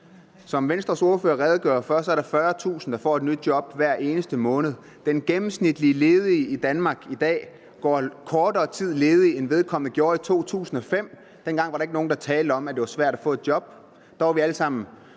Som Venstres ordfører redegjorde for, er der 40.000, der får et nyt job hver eneste måned; den gennemsnitlige ledige i Danmark går i dag ledig i kortere tid, end vedkommende gjorde i 2005; dengang var der ikke nogen, der talte om, at det var svært at få et job.